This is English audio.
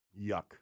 yuck